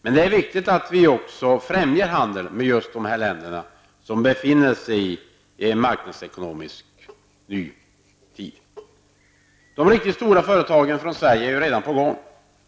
Men det är också viktigt att främja handeln med just dessa länder som befinner sig i en marknadsekonomiskt ny tid. De riktigt stora svenska företagen är redan ''på gång''.